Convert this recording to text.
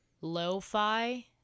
lo-fi